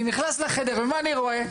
אני נכנס לחדר ומה אני רואה?